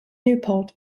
newport